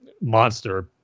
monster